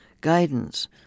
guidance